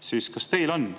siis küsin: